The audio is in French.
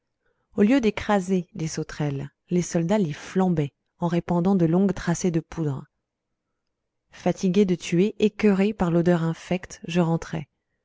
au lieu d'écraser les sauterelles les soldats les flambaient en répandant de longues tracées de poudre fatigué de tuer écœuré par l'odeur infecte je rentrai